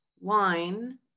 line